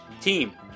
Team